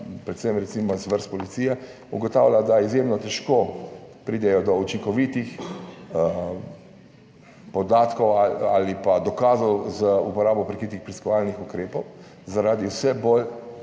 predvsem iz vrst policije, ugotavlja, da izjemno težko pridejo do učinkovitih podatkov ali pa dokazov za uporabo prikritih preiskovalnih ukrepov zaradi vse bolj